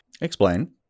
Explain